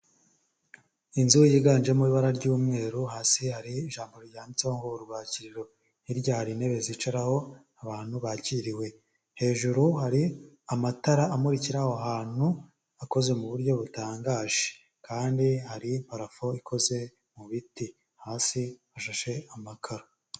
Inzu yiganjemo ibara ry'umweru, hasi hari ijambo ryanditseho ngo urwakiriro, hirya hari intebe zicaraho abantu bakiriwe, hejuru hari amatara amurikira aho ahantu, akoze mu buryo butangaje kandi hari parafo ikoze mu biti, hasi hashashe amakaro.